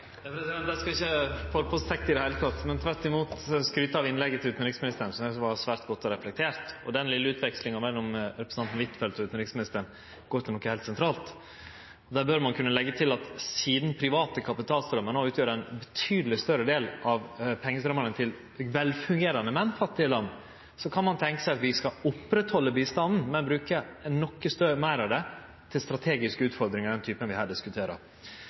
skal ikkje forpostfekte i det heile, men tvert imot skryte av innlegget til utanriksministeren, som eg synest var svært godt og reflektert. Den vesle utvekslinga mellom representanten Huitfeldt og utanriksministeren går på noko heilt sentralt. Der bør ein kunne leggje til at sidan private kapitalstraumar no utgjer ein betydeleg større del av pengestraumane til velfungerande, men fattige land, kan ein tenkje seg at vi skal oppretthalde bistanden, men bruke noko meir av han til strategiske utfordringar av typen vi her diskuterer.